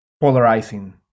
polarizing